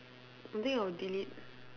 I think I'll delete